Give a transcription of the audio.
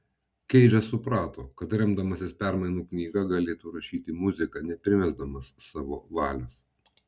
keidžas suprato kad remdamasis permainų knyga galėtų rašyti muziką neprimesdamas savo valios